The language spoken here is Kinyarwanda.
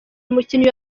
umukinnyi